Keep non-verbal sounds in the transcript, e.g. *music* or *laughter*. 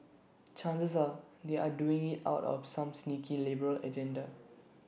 *noise* chances are they are doing IT out of some sneaky liberal agenda